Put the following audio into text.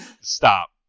stop